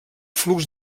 flux